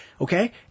Okay